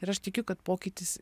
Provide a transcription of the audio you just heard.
ir aš tikiu kad pokytis